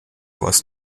was